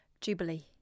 Jubilee